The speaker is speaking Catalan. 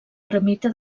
ermita